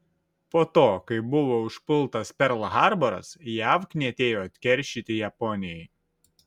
po to kai buvo užpultas perl harboras jav knietėjo atkeršyti japonijai